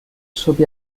sob